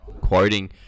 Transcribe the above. quoting